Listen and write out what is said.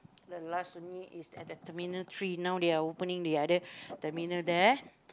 the last only is at the Terminal Three now they are opening the other terminal there